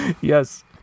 Yes